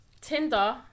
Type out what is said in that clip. Tinder